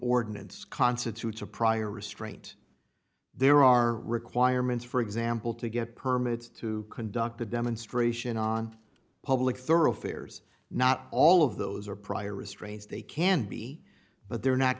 ordinance constitutes a prior restraint there are requirements for example to get permits to conduct a demonstration on public thoroughfares not all of those are prior restraints they can be but they're not